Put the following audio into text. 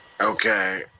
Okay